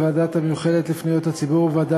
בוועדה המיוחדת לפניות הציבור ובוועדה